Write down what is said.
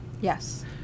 Yes